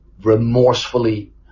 remorsefully